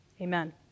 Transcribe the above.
Amen